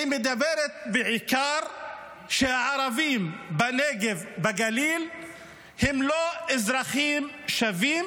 היא אומרת בעיקר שהערבים בנגב ובגליל הם לא אזרחים שווים,